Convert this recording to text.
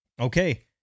Okay